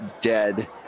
dead